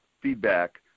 feedback